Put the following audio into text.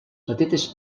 petites